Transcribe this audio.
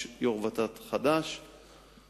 יש יושב-ראש חדש לות"ת,